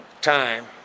time